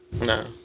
No